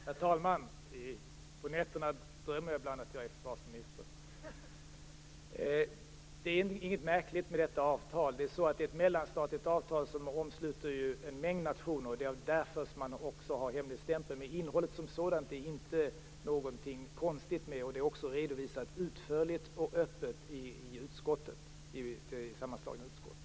Herr talman! På nätterna drömmer jag ibland att jag är försvarsminister. Det är inget märkligt med detta avtal. Det är ett mellanstatligt avtal som omsluter en mängd nationer. Det är därför man också har hemligstämpel. Men innehållet som sådant är inget konstigt. Det är också utförligt och öppet redovisat i det sammanslagna utskottet.